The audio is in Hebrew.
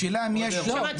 השאלה אם יש עוד אירועים.